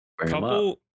couple